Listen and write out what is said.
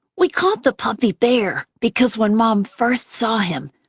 we called the puppy bear because when mom first saw him,